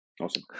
awesome